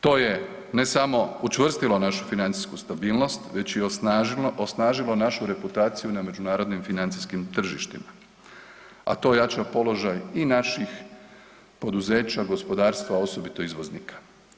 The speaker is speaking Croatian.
To je ne samo učvrstilo našu financijsku stabilnost već i osnažilo našu reputaciju na međunarodnim financijskim tržištima, a to jača položaj i naših poduzeća, gospodarstva, a osobito izvoznika.